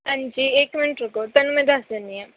ਹਾਂਜੀ ਇਕ ਮਿੰਟ ਰੁਕੋ ਤੁਹਾਨੂੰ ਮੈਂ ਦੱਸ ਦਿੰਦੀ ਹਾਂ